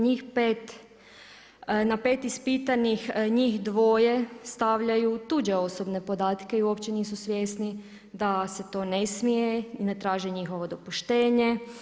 Njih pet, na pet ispitanih njih dvoje stavljaju tuđe osobne podatke i uopće nisu svjesni da se to ne smije i ne traže njihovo dopuštenje.